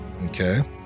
Okay